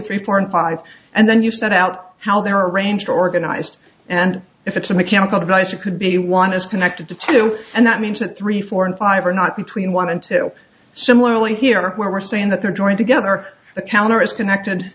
three four and five and then you set out how they're arranged organized and if it's a mechanical device it could be you want is connected to two and that means that three four and five are not between one and two similarly here who are saying that they are joined together the counter is connected